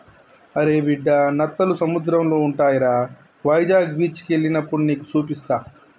అరే బిడ్డా నత్తలు సముద్రంలో ఉంటాయిరా వైజాగ్ బీచికి ఎల్లినప్పుడు నీకు సూపిస్తా